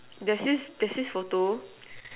there's this there's this photo